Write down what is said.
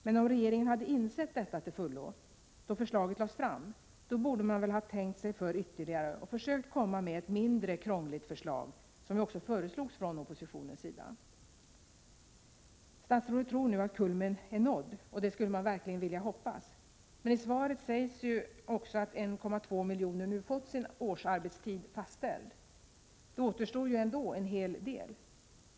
Men om regeringen hade insett detta till fullo då förslaget lades fram, borde man väl ha tänkt sig för ytterligare och försökt att komma med ett mindre krångligt förslag, precis som oppositionen gjorde. Statsrådet tror nu att kulmen är nådd, och det skulle man ju verkligen vilja hoppas. Men i svaret sägs också att 1,2 miljoner människor nu har fått sin årsarbetstid fastställd. Men då återstår ju ändå en hel del.